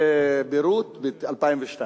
בביירות ב-2002